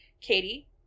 Katie